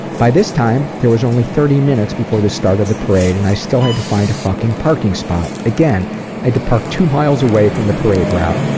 by this time there was only thirty minutes before the start of the parade and i still had to find fucking parking spot. again i had to park two miles away from the parade route.